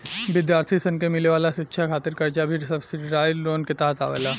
विद्यार्थी सन के मिले वाला शिक्षा खातिर कर्जा भी सब्सिडाइज्ड लोन के तहत आवेला